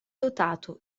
dotato